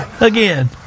Again